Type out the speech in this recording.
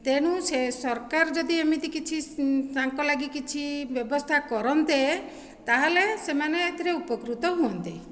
ତେଣୁ ସେ ସରକାର ଯଦି ଏମିତି କିଛି ତାଙ୍କ ଲାଗି କିଛି ବ୍ୟବସ୍ଥା କରନ୍ତେ ତାହେଲେ ସେମାନେ ଏଥିରେ ଉପକୃତ ହୁଅନ୍ତେ